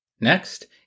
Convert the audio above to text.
Next